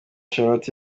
charlotte